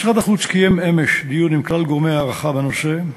משרד החוץ קיים אמש דיון עם כלל גורמי ההערכה בנושא,